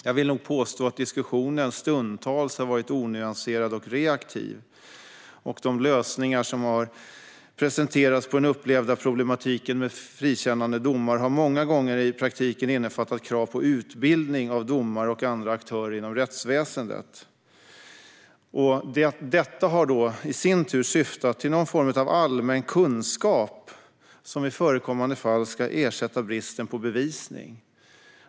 Jag vill nog påstå att diskussionen stundtals har varit onyanserad och reaktiv. De lösningar som har presenterats på den upplevda problematiken med frikännande domar har många gånger i praktiken innefattat krav på utbildning av domare och andra aktörer inom rättsväsendet. Detta har i sin tur syftat till någon form av allmän kunskap som i förekommande fall ska ersätta bristen på bevisning.